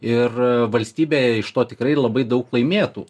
ir valstybė iš to tikrai labai daug laimėtų